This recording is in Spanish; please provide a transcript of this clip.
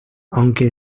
aunque